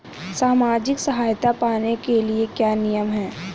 सामाजिक सहायता पाने के लिए क्या नियम हैं?